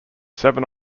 seven